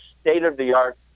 state-of-the-art